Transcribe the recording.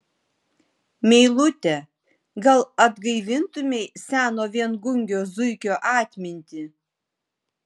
meilute gal atgaivintumei seno viengungio zuikio atmintį